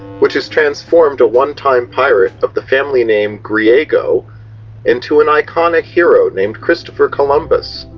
which has transformed a one-time pirate of the family name griego into an iconic hero named christopher colombus.